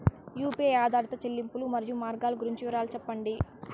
UPI ఆధారిత చెల్లింపులు, మరియు మార్గాలు గురించి వివరాలు సెప్పండి?